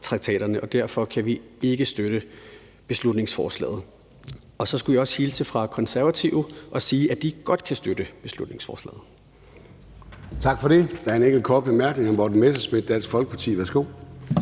og derfor kan vi ikke støtte beslutningsforslaget. Så skulle jeg også hilse fra Konservative og sige, at de godt kan støtte beslutningsforslaget.